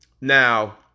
now